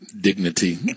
dignity